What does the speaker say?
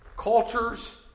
Cultures